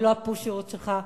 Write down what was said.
ללא הפושריות שלך.